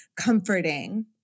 comforting